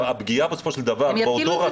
הפגיעה בסופו של דבר באותו רכיב --- הם